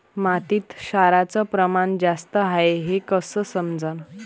मातीत क्षाराचं प्रमान जास्त हाये हे कस समजन?